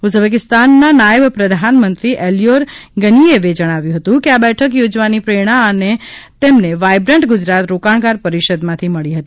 ઉઝબેકીસ્તાનના નાયબ પ્રધાનમંત્રી એલ્યોર ગનિયેવે જણાવ્યું હતું કે આ બેઠક યોજવાની પ્રેરણા અમને વાયબ્રન્ટ ગુજરાત રોકાણકાર પરિષદમાંથી મળી હતી